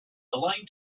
line